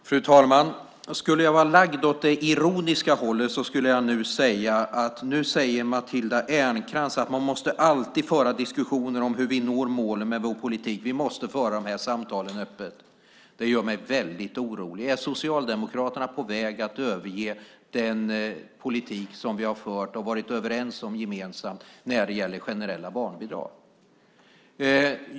Fru talman! Skulle jag vara lagd åt det ironiska hållet skulle jag nu säga: Nu säger Matilda Ernkrans att man alltid måste föra diskussioner om hur vi når målen med vår politik och att vi måste föra de samtalen öppet. Det gör mig väldigt orolig. Är Socialdemokraterna på väg att överge den politik som vi har fört och varit överens om gemensamt när det gäller generella barnbidrag?